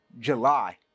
July